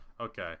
okay